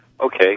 okay